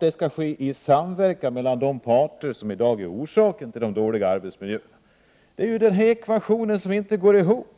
det skall ske i samverkan med den part som i dag förorsakar den dåliga arbetsmiljön. Det är en ekvation som absolut inte går ihop.